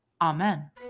Amen